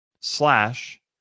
slash